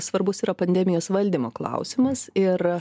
svarbus yra pandemijos valdymo klausimas ir